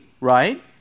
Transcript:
right